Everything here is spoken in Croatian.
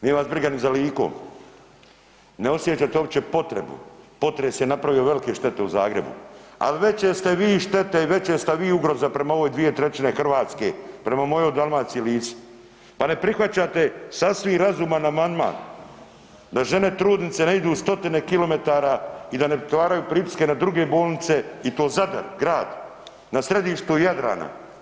Nije vas briga ni za Likom, ne osjećate uopće potrebu, potres je napravio velike štete u Zagrebu, ali veće ste vi štete i veća ste vi ugroza prema ovoj dvije trećine Hrvatske, prema mojoj Dalmaciji i Lici, pa ne prihvaćate sasvim razuman amandman da žene trudnice ne idu stotine kilometara i da ne stvaraju pritiske na druge bolnice i to Zadar grad na središtu Jadrana.